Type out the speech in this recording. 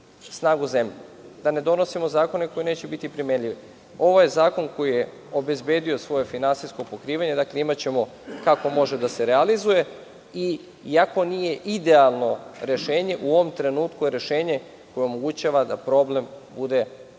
snagu zemlje. Da ne donosimo zakone koji neće biti primenljivi. Ovaj zakon je obezbedio svoje finansijsko pokrivanje, dakle imaćemo kako može da se realizuje, i ako nije idealno rešenje, u ovom trenutku je rešenje koje omogućava da problem bude rešiv. Samo